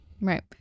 Right